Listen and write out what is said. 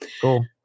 Cool